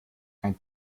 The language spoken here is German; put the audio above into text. ein